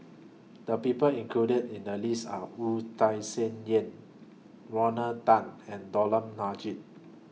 The People included in The list Are Wu Tai same Yen Rodney Tan and Dollah Majid